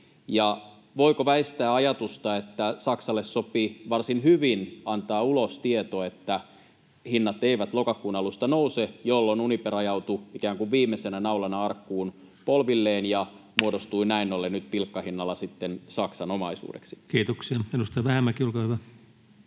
voiko väistää ajatusta, että Saksalle sopi varsin hyvin antaa ulos tieto, että hinnat eivät lokakuun alusta nouse, jolloin Uniper ajautuu polvilleen ikään kuin viimeisenä naulana arkkuun, ja muodostui näin nyt pilkkahinnalla sitten Saksan omaisuudeksi? Kiitoksia. — Edustaja Vähämäki, olkaa hyvä.